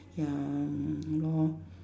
ya mm lor